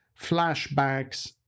flashbacks